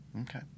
Okay